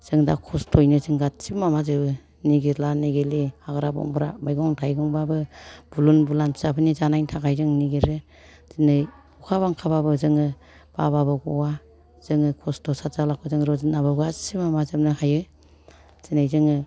जों दा खस्थ'यैनो जों गासिबो माबाजोबो नागेरला नागेरलि हाग्रा बंग्रा मैगं थाइगंबाबो बुलुन बुरलान फिसाफोरनि जानायनि थाखाय जों नागेरो दिनै अखा बांखाबाबो जोङो बाबाबो ग'वा जोङो खस्थ' साद जारलाखौ जोङो रुजुननानैबाबो जों गासिबो माबाजोबनो हायो दिनै जोङो